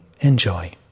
Enjoy